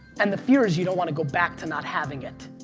and the fear is, you don't wanna go back to not having it.